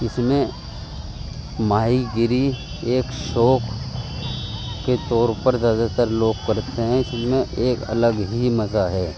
اس میں ماہی گیری ایک شوق کے طور پر زیادہ تر لوگ کرتے ہیں اس میں ایک الگ ہی مزہ ہے